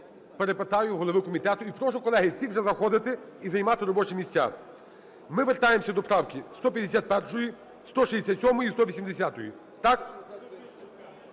перепитаю у голови комітету. І прошу, колеги, всіх вже заходити і займати робочі місця. Ми вертаємося до правки 151, 167 і 180. Так?